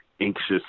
anxious